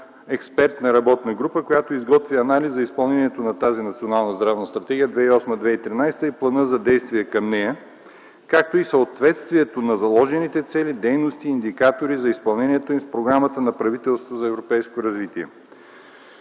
експертна работна група, която изготви анализ за изпълнението на тази Национална здравна стратегия 2008-3013 г. и планът за действие към нея, както и съответствието на заложените цели, дейности и индикатори за изпълнението им в Програмата на правителството за европейско развитие.